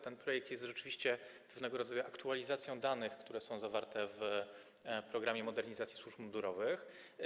Ten projekt jest rzeczywiście pewnego rodzaju aktualizacją danych, które są zawarte w programie modernizacji służb mundurowych.